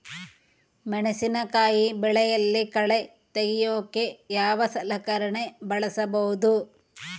ಮೆಣಸಿನಕಾಯಿ ಬೆಳೆಯಲ್ಲಿ ಕಳೆ ತೆಗಿಯೋಕೆ ಯಾವ ಸಲಕರಣೆ ಬಳಸಬಹುದು?